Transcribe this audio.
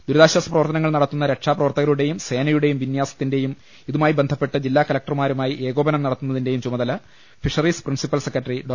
ദുരിതാശ്വാസപ്രവർത്തനങ്ങൾ നടത്തുന്ന രക്ഷാ പ്രവർത്തകരുടെയും സേനയുടെയും വിന്യാസത്തിന്റെയും ഇതു മായി ബന്ധപ്പെട്ട് ജില്ലാ കലക്ടർമാരുമായി ഏകോപനം നടത്തു ന്നതിന്റേയും ചുമതല ഫിഷറീസ് പ്രിൻസിപ്പൽ സെക്രട്ടറി ഡോ